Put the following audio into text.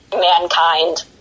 mankind